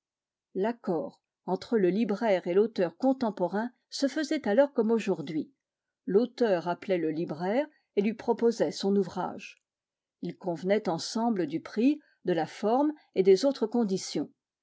l'accord entre le libraire et l'auteur contemporain se faisait alors comme aujourd'hui l'auteur appelait le libraire et lui proposait son ouvrage ils convenaient ensemble du prix de la forme et des autres conditions